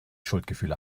schuldgefühle